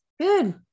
good